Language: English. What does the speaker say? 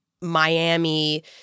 miami